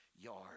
yard